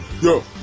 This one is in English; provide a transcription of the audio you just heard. yo